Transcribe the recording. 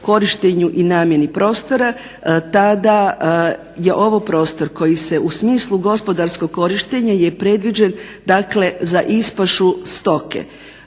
korištenju i namjeni prostora tada je ovo prostor koji se u smislu gospodarskog korištenja je predviđen, dakle za ispašu stoke.